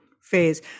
phase